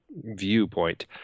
viewpoint